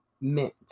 mint